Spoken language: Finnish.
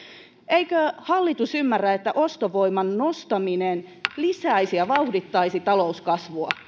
eikö hallitus ymmärrä että ostovoiman nostaminen lisäisi ja vauhdittaisi talouskasvua